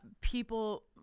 people